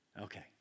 Okay